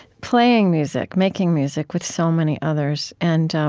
playing music, making music with so many others. and